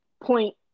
point